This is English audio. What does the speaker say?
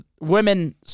women